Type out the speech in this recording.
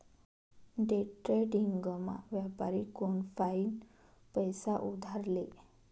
डेट्रेडिंगमा व्यापारी कोनफाईन पैसा उधार ले